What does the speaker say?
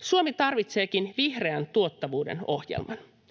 Suomi tarvitseekin vihreän tuottavuuden ohjelman.